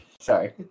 Sorry